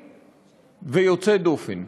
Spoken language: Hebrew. קיצוני ויוצא דופן.